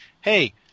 Hey